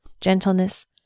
gentleness